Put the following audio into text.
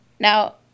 Now